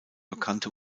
bekannte